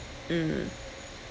mm